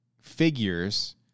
figures